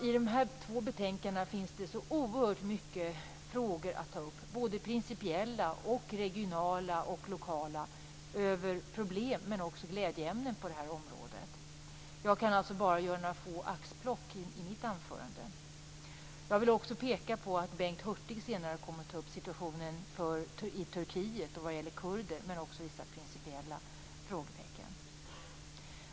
I dessa två betänkanden finns så oerhört många frågor att ta upp - principiella, regionala och lokala - över problem men också glädjeämnen på detta område. Jag kan bara göra några få axplock i mitt anförande. Jag vill också peka på att Bengt Hurtig senare kommer att ta upp situationen i Turkiet vad gäller kurder men också vissa principiella frågetecken.